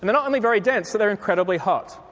not only very dense, they're incredibly hot.